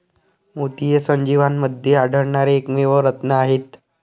मोती हे सजीवांमध्ये आढळणारे एकमेव रत्न आहेत